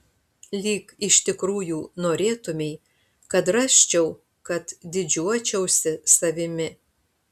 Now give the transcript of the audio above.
lyg iš tikrųjų norėtumei kad rasčiau kad didžiuočiausi savimi